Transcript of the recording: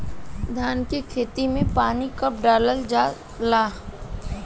धान के खेत मे पानी कब डालल जा ला?